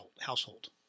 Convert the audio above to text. household